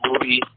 movie